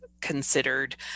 considered